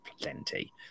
plenty